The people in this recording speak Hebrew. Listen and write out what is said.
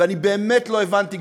אני באמת לא הבנתי,